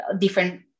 different